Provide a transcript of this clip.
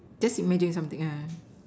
just imagine something yeah yeah